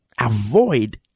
Avoid